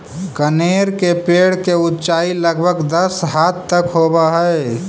कनेर के पेड़ के ऊंचाई लगभग दस हाथ तक होवऽ हई